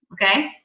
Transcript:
okay